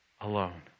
alone